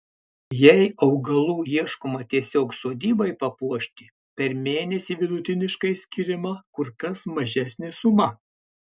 jei augalų ieškoma tiesiog sodybai papuošti per mėnesį vidutiniškai skiriama kur kas mažesnė suma